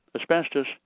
asbestos